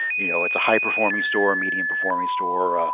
you know it's a high-performing store, a medium-performing store,